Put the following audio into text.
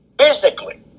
Physically